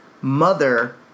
mother